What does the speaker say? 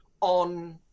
on